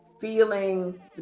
feeling